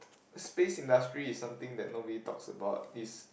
space industry is something that nobody talks about is